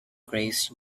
grace